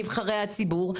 נבחרי הציבור.